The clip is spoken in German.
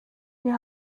ihr